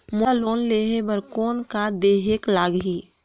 मोला लोन लेहे बर कौन का देहेक लगही?